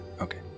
okay